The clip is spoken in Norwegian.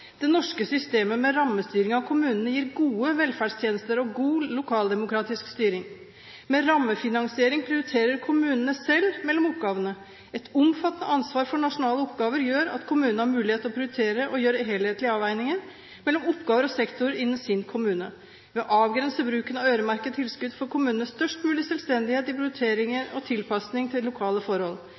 norske systemet med rammestyring av kommunene gir gode velferdstjenester og god lokaldemokratisk styring. Med rammefinansiering prioriterer kommunene selv mellom oppgavene. Et omfattende ansvar for nasjonale oppgaver gjør at kommunene har mulighet til å prioritere og gjøre helhetlige avveininger mellom oppgaver og sektorer innen sin kommune. Ved å avgrense bruken av øremerkede tilskudd får kommunene størst mulig selvstendighet i prioriteringer og tilpasning til lokale forhold.